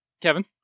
Kevin